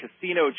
Casino